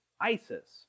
ISIS